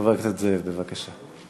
חבר הכנסת זאב, בבקשה.